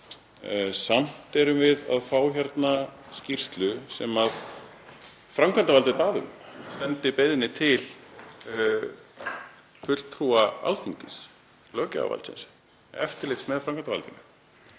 Samt erum við að fá hérna skýrslu sem framkvæmdarvaldið bað um, sendi beiðni til fulltrúa Alþingis, löggjafarvaldsins, um eftirlit með framkvæmdarvaldinu.